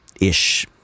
ish